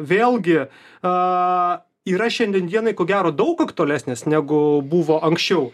vėlgi a yra šiandien dienai ko gero daug aktualesnės negu buvo anksčiau